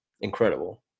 Incredible